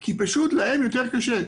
כי להם יותר קשה.